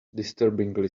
disturbingly